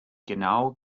genau